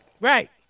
Right